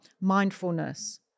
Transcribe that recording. mindfulness